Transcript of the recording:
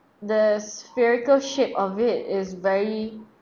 the spherical shape of it is very